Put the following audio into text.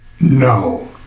No